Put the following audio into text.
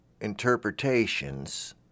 interpretations